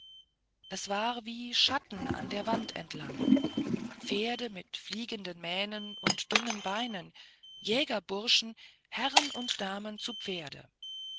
es war wie schatten an der wand entlang pferde mit fliegenden mähnen und dünnen beinen jägerburschen herren und damen zu pferde